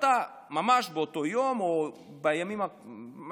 ואתה ממש באותו יום או בימים הראשונים,